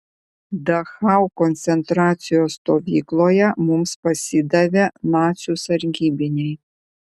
dachau koncentracijos stovykloje mums pasidavė nacių sargybiniai